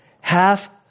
half